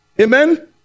Amen